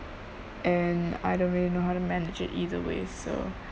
and I don't really know how to manage it either way so